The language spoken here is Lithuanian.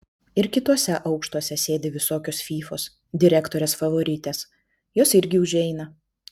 ir kituose aukštuose sėdi visokios fyfos direktorės favoritės jos irgi užeina